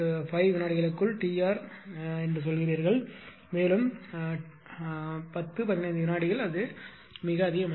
5 வினாடிகளுக்குள் T r என்று சொல்கிறீர்கள் மேலும் 10 15 வினாடிகள் அது மிக அதிக மதிப்பு